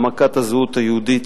העמקת הזהות היהודית,